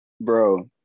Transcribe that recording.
bro